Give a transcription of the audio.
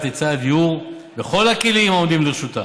היצע הדיור בכל הכלים העומדים לרשותה.